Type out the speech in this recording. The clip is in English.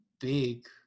big